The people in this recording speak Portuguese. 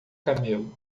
camelo